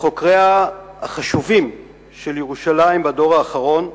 מחוקריה החשובים של ירושלים בדור האחרון,